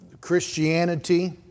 Christianity